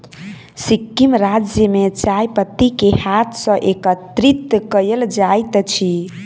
सिक्किम राज्य में चाय पत्ती के हाथ सॅ एकत्रित कयल जाइत अछि